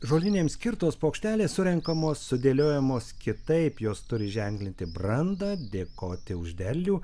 žolinėms skirtos plokštelės surenkamos sudėliojamos kitaip jos turi ženklinti brandą dėkoti už derlių